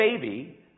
baby